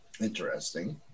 Interesting